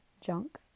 junk